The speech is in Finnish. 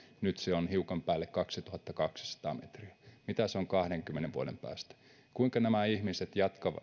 nyt se on hiukan päälle kaksituhattakaksisataa metriä mitä se on kahdenkymmenen vuoden päästä kuinka nämä ihmiset